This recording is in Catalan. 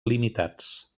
limitats